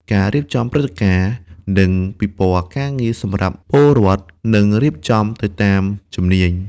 រៀបចំព្រឹត្តិការណ៍ និងពិព័រណ៍ការងារសម្រាប់ពើរដ្ឋ និងរៀបចំទៅតាមជំនាញ។